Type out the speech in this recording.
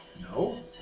No